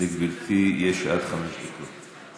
לגברתי יש עד חמש דקות.